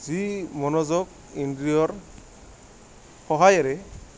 যি মনোযোগ ইন্দ্ৰীয়ৰ সহায়েৰে